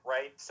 Right